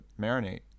marinate